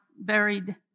buried